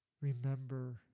remember